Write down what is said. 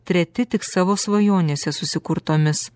treti tik savo svajonėse susikurtomis